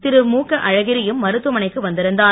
திருழுகஅழகிரியும் மருத்துவமனைக்கு வந்திருந்தார்